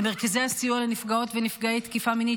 למרכזי הסיוע לנפגעות ונפגעי תקיפה מינית,